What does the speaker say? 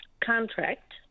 contract